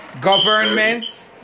Governments